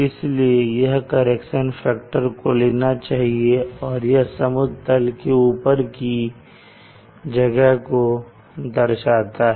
इसलिए इस correction factor को लेना चाहिए और यह समुद्र तल से ऊपर की जगह को दर्शाता है